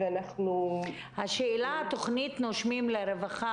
אם אינני טועה,